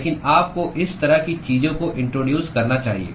लेकिन आपको इस तरह की चीजों को इंट्रोड्यूस करना चाहिए